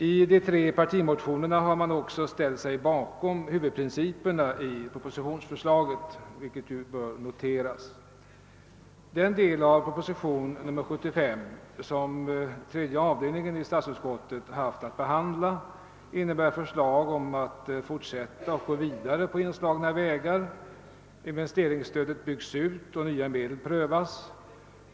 I de tre partimotioner som väckts har man också ställt sig bakom huvudprinciperna i propositionsförslaget, vilket bör registreras. Den del av propositionen 75 som statsutskottets tredje avdelning haft att behandla upptar förslag om att vi skall gå vidare på inslagna vägar: investeringsstödet byggs ut och nya medel prövas.